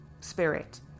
spirit